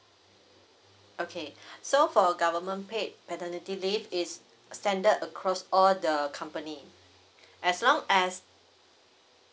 okay so for government paid paternity leave is standard across all the company as long as